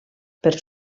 per